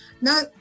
no